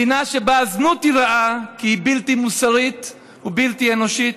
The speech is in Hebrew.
מדינה שבה הזנות היא רעה כי היא בלתי מוסרית ובלתי אנושית.